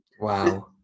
Wow